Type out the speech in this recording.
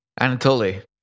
Anatoly